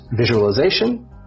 visualization